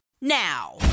now